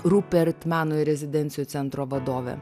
rupert meno ir rezidencijų centro vadovė